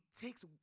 takes